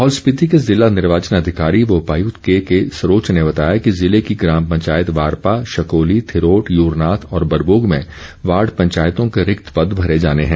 लाहौल स्पिति के जिला निर्वाचन अधिकारी व उपायक्त केके सरोच ने बताया कि जिले की ग्राम पंचायत वारपा शकोली थिरोट यूरनाथ व बरबोग में वार्ड पंचों के रिक्त पद भरें जाने है